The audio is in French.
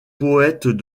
poète